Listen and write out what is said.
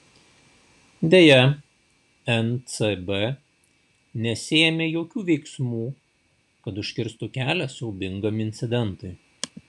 deja ncb nesiėmė jokių veiksmų kad užkirstų kelią siaubingam incidentui